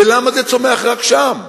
ולמה זה צומח רק שם?